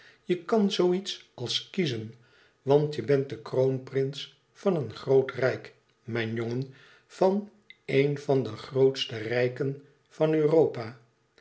je kan zoo iets als kiezen want je bent de kroonprins van een groot rijk mijn jongen van een van de grootste rijken van europa